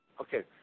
Okay